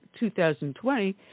2020